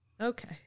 okay